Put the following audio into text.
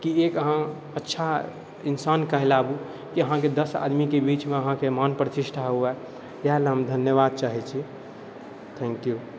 कि एक अहाँ अच्छा इन्सान कहलाबू कि अहाँके दस आदमीके बीचमे अहाँके मान प्रतिष्ठा हुअए इएह लए हम धन्यवाद चाहै छी थेँक यू